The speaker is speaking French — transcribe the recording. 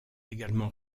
également